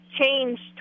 changed